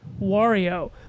wario